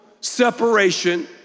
separation